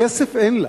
כסף אין לה,